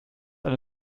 eine